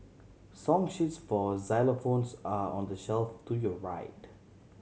song sheets for xylophones are on the shelf to your right